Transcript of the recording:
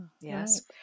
Yes